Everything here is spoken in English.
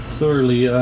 thoroughly